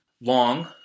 long